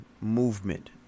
movement